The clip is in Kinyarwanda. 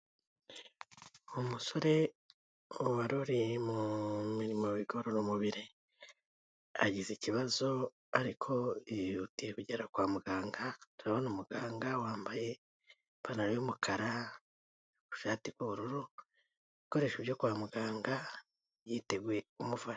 Uwo musore waroreye mu mirimo ngororamubiri agize ikibazo ari kwihutira kugera kwa muganga turabona umuganga wambaye ipantaro y’umukara, ishati y’ubururu ibikoresho byo kwa muganga yiteguye kumufasha.